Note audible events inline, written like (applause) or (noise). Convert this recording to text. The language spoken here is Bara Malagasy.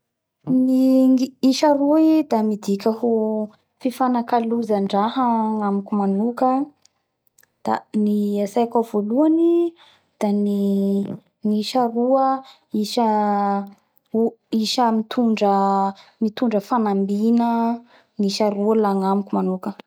Ny isa roy da midika ho fifanakalozandraha agnamiko manoka da ny atsaiko ao voalohany da ny isa roa isa ou isa (hesitation) isa mitondra mitondra fanambina la agnamiko manoka